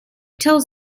tells